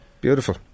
beautiful